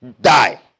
Die